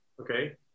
Okay